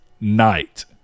night